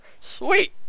Sweet